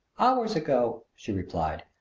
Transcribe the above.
hours ago, she replied.